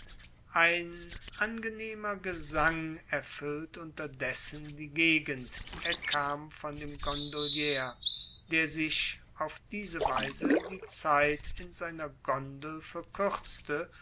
ein angenehmer gesang erfüllt unterdessen die gegend er kam von dem gondolier der sich auf diese weise die zeit in seiner gondel verkürzte